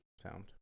Sound